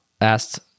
asked